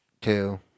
Two